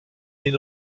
est